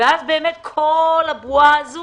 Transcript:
ואז באמת כל הבועה הזו